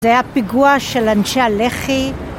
זה היה פיגוע של אנשי הלח"י.